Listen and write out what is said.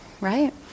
right